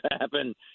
happen